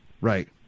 right